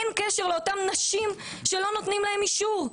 אין קשר לאותן נשים, שלא נותנים להן אישור.